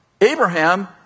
Abraham